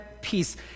peace